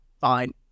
fine